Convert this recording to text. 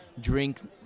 drink